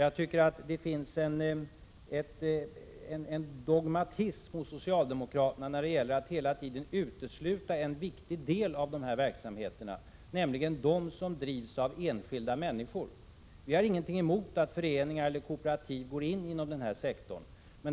Jag tycker att det finns en dogmatism hos socialdemokraterna att hela tiden utesluta en viktig del av dessa verksamheter, nämligen de som drivs av enskilda människor. Vi har ingenting emot att föreningar eller kooperativ går in i denna sektor.